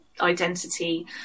identity